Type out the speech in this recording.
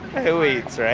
who eats, right?